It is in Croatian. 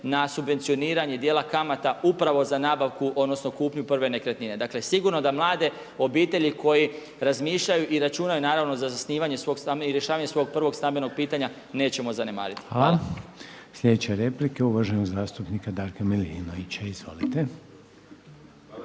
na subvencioniranje djela kamata upravo za nabavku odnosno kupnju prve nekretnine. Dakle sigurno da mlade obitelji koje razmišljaju i računaju naravno za zasnivanje svog, i rješavanju svog prvog stambenog pitanje nećemo zanemariti. Hvala. **Reiner, Željko (HDZ)** Hvala. Slijedeća replika je uvaženog zastupnika Darka Milinovića. Izvolite.